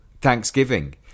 Thanksgiving